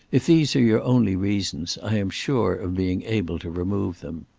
if these are your only reasons i am sure of being able to remove them.